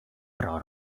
pro